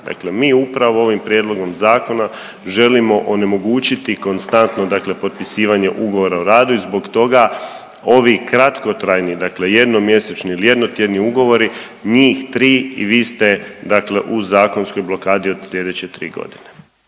Dakle, mi upravo ovim prijedlogom zakona želimo onemogućiti konstantno, dakle potpisivanje ugovora o radu i zbog toga ovi kratkotrajni, dakle jednomjesečni ili jednotjedni ugovori njih tri i vi ste, dakle u zakonskoj blokadi od sljedeće tri godine.